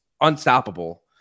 unstoppable